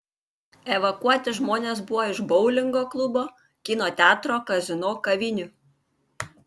evakuoti žmonės buvo iš boulingo klubo kino teatro kazino kavinių